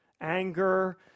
Anger